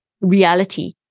reality